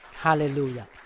Hallelujah